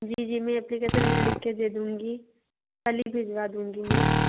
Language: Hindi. जी जी में एप्लिकेसन लिख के दे दूँगी कल ही भिजवा दूँगी मैं